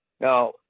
Now